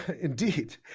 Indeed